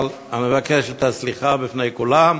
אבל אני מבקש את הסליחה בפני כולם.